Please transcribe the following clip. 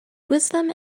wisdom